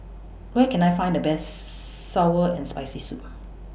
Where Can I Find The Best Sour and Spicy Soup